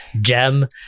gem